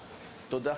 תודה,